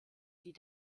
die